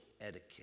etiquette